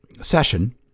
session